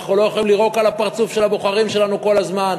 אנחנו לא יכולים לירוק על הפרצוף של הבוחרים שלנו כל הזמן.